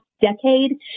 Decade